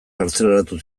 kartzelaratu